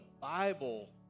Bible